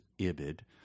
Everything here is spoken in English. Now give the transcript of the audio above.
ibid